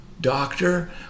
Doctor